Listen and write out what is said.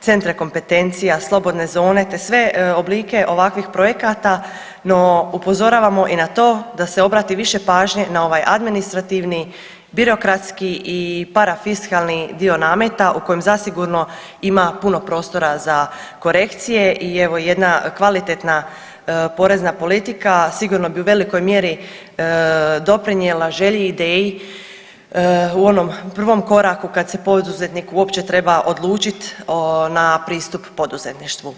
centra kompetencija, slobodne zone te sve oblike ovakvih projekata, no upozoravamo i na to da se obrati više pažnje na ovaj administrativni birokratski i parafiskalni dio nameta u kojem zasigurno ima puno prostora za korekcije i evo jedna kvalitetna porezna politika sigurno bi u velikoj mjeri doprinijela želji i ideji u onom prvom koraku kad se poduzetnik uopće treba odlučit na pristup poduzetništvu.